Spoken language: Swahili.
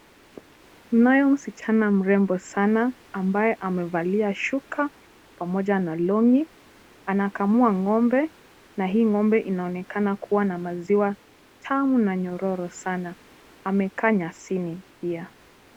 Kunaye msichana mrembo sana ambaye amevalia shuka pamoja na long'i . Anakamua ngombe na huyu ng'ombe anaonekana kuwa na maziwa tamu na nyororo sana. Amekaa nyasini pia.